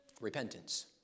Repentance